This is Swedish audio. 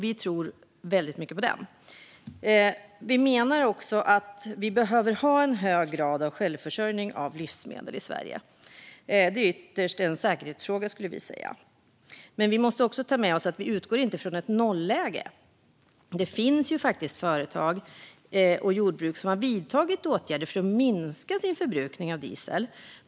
Vi tror väldigt mycket på den. Vi behöver ha en hög grad av självförsörjning av livsmedel i Sverige. Det är ytterst en säkerhetsfråga. Men vi måste också ta med oss att vi inte utgår från ett nolläge. Det finns företag och jordbruk som har vidtagit åtgärder för att minska sin förbrukning av diesel.